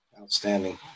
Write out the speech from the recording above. Outstanding